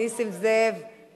נסים זאב, לא כל חוק.